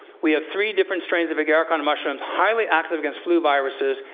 we have three different strains of agarikon mushrooms highly active against flu viruses.